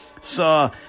saw